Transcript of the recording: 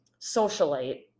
socialite